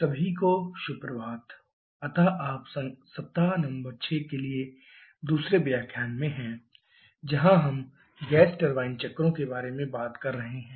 सभी को सुप्रभात अतः आप सप्ताह नंबर 6 के लिए दूसरे व्याख्यान में हैं जहां हम गैस टरबाइन चक्रों के बारे में बात कर रहे हैं